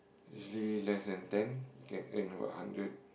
usually less than ten you can earn about hundred